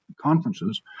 conferences